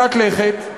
בבקשה יותר בשקט.